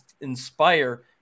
inspire